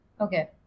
okay